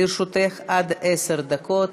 לרשותך עד עשר דקות.